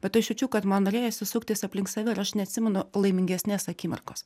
bet aš jaučiu kad man norėjosi suktis aplink save ir aš neatsimenu laimingesnės akimirkos